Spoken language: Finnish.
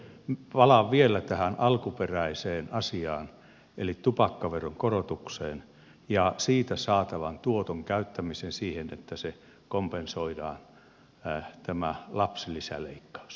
sitten palaan vielä tähän alkuperäiseen asiaan eli tupakkaveron korotukseen ja siitä saatavan tuoton käyttämiseen siihen että sillä kompensoidaan lapsilisäleikkaus